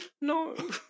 No